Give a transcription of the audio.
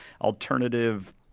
Alternative